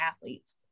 athletes